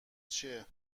چیه